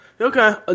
Okay